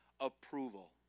approval